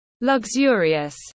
Luxurious